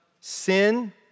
sin